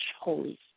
Holy